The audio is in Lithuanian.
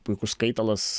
puikus skaitalas